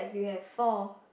four